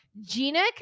Gina